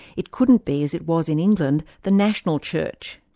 it couldn't be as it was in england, the national church.